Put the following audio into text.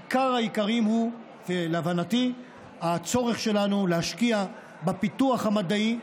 עיקר העיקרים הוא להבנתי הצורך שלנו להשקיע בפיתוח המדעי,